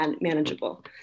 manageable